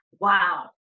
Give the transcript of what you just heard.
Wow